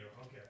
okay